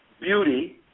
beauty